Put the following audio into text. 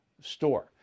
store